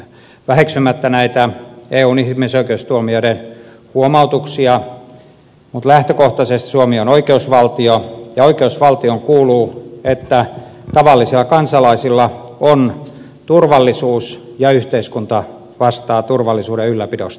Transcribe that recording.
väheksymättä näitä eun ihmisoikeustuomioistuimen huomautuksia suomi on lähtökohtaisesti oikeusvaltio ja oikeusvaltioon kuuluu että tavallisilla kansalaisilla on turvallisuus ja yhteiskunta vastaa turvallisuuden ylläpidosta